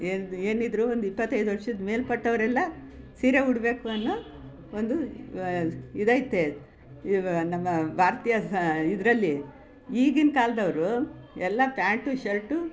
ಏನು ಏನಿದ್ದರೂ ಒಂದು ಇಪ್ಪತ್ತೈದು ವರ್ಷದ ಮೇಲ್ಪಟ್ಟವರೆಲ್ಲಾ ಸೀರೆ ಉಡಬೇಕು ಅನ್ನೋ ಒಂದು ವ ಇದೈತೆ ಇವಾಗ ನಮ್ಮ ಭಾರತೀಯ ಸ ಇದರಲ್ಲಿ ಈಗಿನ ಕಾಲದವ್ರು ಎಲ್ಲ ಪ್ಯಾಂಟು ಶರ್ಟು